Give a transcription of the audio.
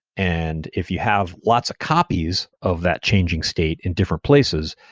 and if you have lots of copies of that changing state in different places,